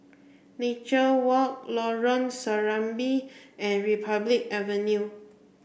Nature Walk Lorong Serambi and Republic Avenue